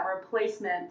replacement